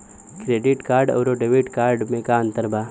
Credit अउरो debit card मे का अन्तर बा?